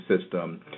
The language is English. system